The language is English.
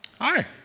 Hi